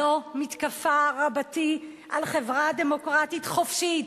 זו מתקפה רבתי על חברה דמוקרטית חופשית.